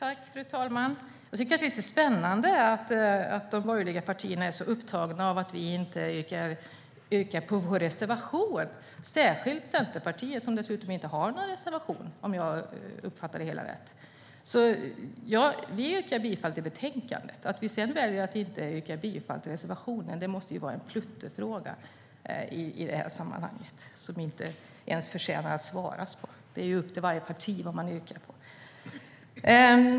Fru talman! Jag tycker att det är lite spännande att de borgerliga partierna är så upptagna av att vi inte yrkar bifall till vår reservation, särskilt Centerpartiet, som dessutom inte har någon reservation, om jag uppfattar det hela rätt. Vi yrkar bifall till förslaget i betänkandet. Att vi sedan väljer att inte yrka bifall till reservationen måste vara en pluttfråga i detta sammanhang. Frågan förtjänar inte ens att besvaras. Det är upp till varje parti vad man yrkar bifall till.